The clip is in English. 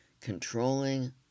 controlling